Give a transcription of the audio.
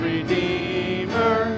Redeemer